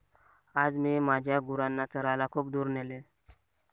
आज मी माझ्या गुरांना चरायला खूप दूर नेले